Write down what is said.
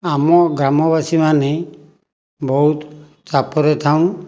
ଆମ ଗ୍ରାମବାସୀମାନେ ବହୁତ ଚାପରେ ଥାଉଁ